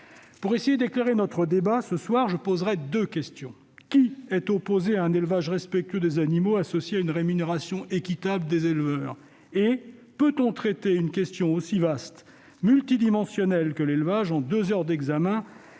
Pour essayer d'éclairer notre débat de ce soir, je poserai deux questions. Premièrement, qui est opposé à un élevage respectueux des animaux associé à une rémunération équitable des éleveurs ? Deuxièmement, peut-on traiter une question aussi vaste et multidimensionnelle que l'élevage en deux heures d'examen